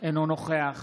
אינו נוכח